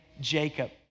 Jacob